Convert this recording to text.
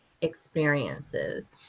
experiences